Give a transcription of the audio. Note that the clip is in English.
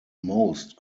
most